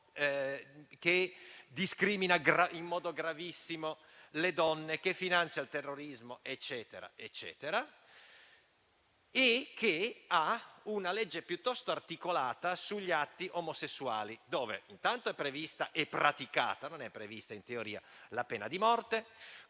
che discrimina in modo gravissimo le donne, che finanzia il terrorismo e quant'altro, e che ha una legge piuttosto articolata sugli atti omosessuali. In essa intanto è prevista e praticata - non è prevista in teoria - la pena di morte,